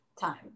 time